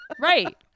right